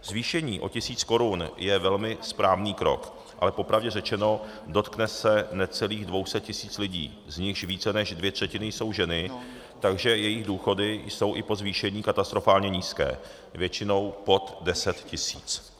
Zvýšení o tisíc korun je velmi správný krok, ale popravdě řečeno, dotkne se necelých 200 tisíc lidí, z nichž více než dvě třetiny jsou ženy, takže jejich důchody jsou i po zvýšení katastrofálně nízké, většinou pod 10 tisíc.